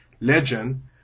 legend